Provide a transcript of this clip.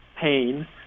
pain